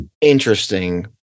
interesting